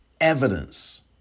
evidence